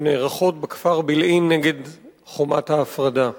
שנערכות בכפר בילעין, נגד חומת ההפרדה.